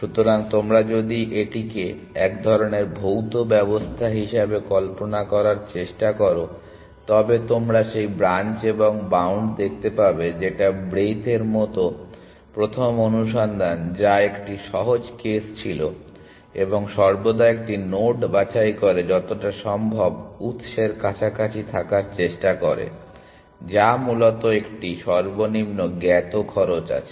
সুতরাং তোমরা যদি এটিকে এক ধরণের ভৌত ব্যবস্থা হিসাবে কল্পনা করার চেষ্টা করো তবে তোমরা সেই ব্রাঞ্চ এবং বাউন্ড দেখতে পাবে যেটা ব্রেইথ এর মতো প্রথম অনুসন্ধান যা একটি সহজ কেস ছিল এবং সর্বদা একটি নোড বাছাই করে যতটা সম্ভব উত্সের কাছাকাছি থাকার চেষ্টা করে যা মূলত একটি সর্বনিম্ন জ্ঞাত খরচ আছে